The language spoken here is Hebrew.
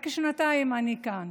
רק שנתיים אני כאן,